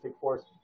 force